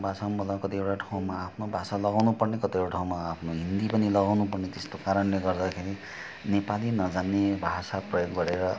कतिवटा ठाउँमा भाषा लगाउनु पर्ने कतिवटा ठाउँमा आफ्नो हिन्दी पनि लगाउने पर्ने त्यस्तो कारणले गर्दाखेरि नेपाली नजान्ने भाषा प्रयोग गरेर